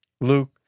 Luke